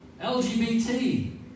LGBT